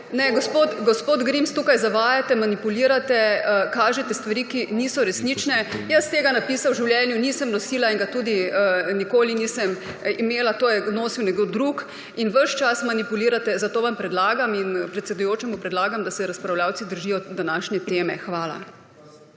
gospod Grims, tukaj zavajate, manipulirate, kažete stvari, ki niso resnične. Jaz tega napisa v življenju nisem nosila in ga tudi nikoli nisem imela. To je nosil nekdo drug. In ves čas manipulirate, zato vam predlagam, in predsedujočemu predlagam, da se razpravljavci držijo današnje teme. Hvala.